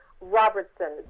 Robertson